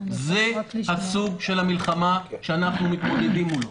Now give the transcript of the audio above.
זה סוג המלחמה שאנחנו מתמודדים מולו,